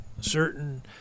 certain